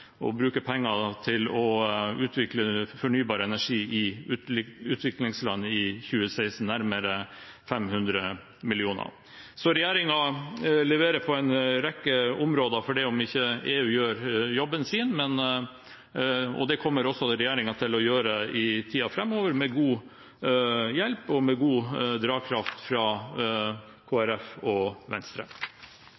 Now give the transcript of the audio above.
bruke penger til å utvikle fornybar energi i utviklingsland i 2016 – nærmere 500 mill. kr. Så regjeringen leverer på en rekke områder selv om ikke EU gjør jobben sin, og det kommer regjeringen også til å gjøre i tiden framover – med god hjelp og med god drakraft fra